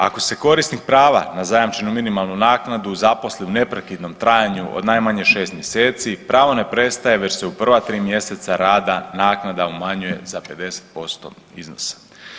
Ako se korisnik prava na zajamčenu minimalnu naknadu zaposli u neprekidnom trajanju od najmanje 6 mjeseci, pravo ne prestaje već se u prva 3 mjeseca rada naknada umanjuje za 50% iznosa.